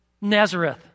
Nazareth